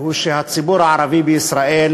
הוא שהציבור הערבי בישראל,